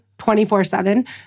24-7